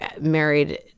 married